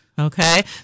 okay